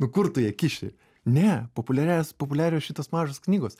nu kur tu ją kiši ne populiarias populiarios šitas mažas knygos